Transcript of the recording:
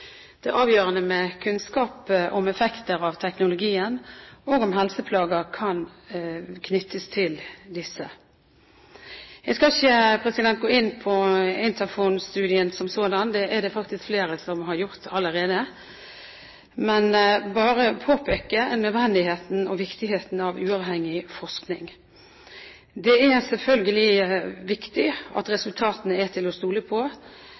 Det er avgjørende med kunnskap om effekter av teknologien, og om helseplager kan knyttes til disse. Jeg skal ikke gå inn på Interphone-studien som sådan – det er det faktisk flere som har gjort allerede – men bare påpeke nødvendigheten og viktigheten av uavhengig forskning. Det er selvfølgelig viktig at resultatene er til å stole på,